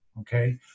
Okay